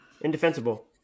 Indefensible